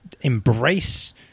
embrace